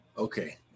Okay